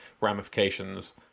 ramifications